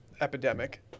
epidemic